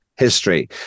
history